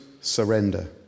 surrender